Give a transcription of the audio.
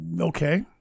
Okay